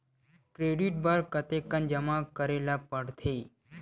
Credit बर कतेकन जमा करे ल पड़थे?